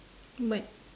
but